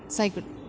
cycle